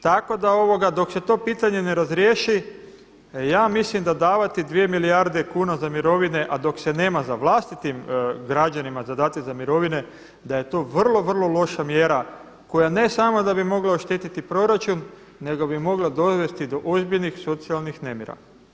Tako da dok se to pitanje ne razriješi ja mislim da davati 2 milijarde kuna za mirovine a dok se nema za vlastitim građanima dati za mirovine da je to vrlo, vrlo loša mjera koja ne samo da bi mogla oštetiti proračun nego bi mogla dovesti do ozbiljnih socijalnih nemira.